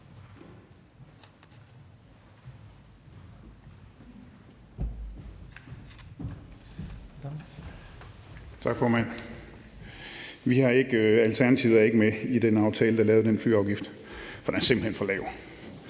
Tak, formand. Alternativet er ikke med i den aftale, der er lavet om den flyafgift, for den er simpelt hen for lav.